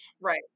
Right